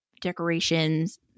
decorations